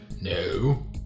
No